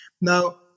now